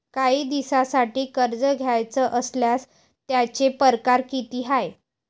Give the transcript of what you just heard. कायी दिसांसाठी कर्ज घ्याचं असल्यास त्यायचे परकार किती हाय?